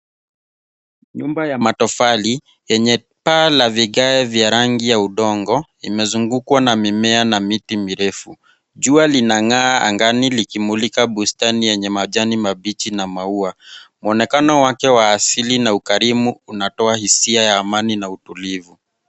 Nyumba ya matofali yenye paa la vigae vya rangi ya udongo, imezungukwa na mimea na miti mirefu. Jua linang'aa angani likimulika bustani yenye majani mabichi na maua. Mwonekano wake wa asili na ukarimu unatoa hisia ya amani na utulivu.